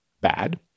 bad